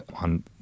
on